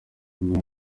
nyuma